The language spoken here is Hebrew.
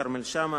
כרמל שאמה,